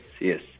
yes